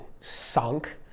sunk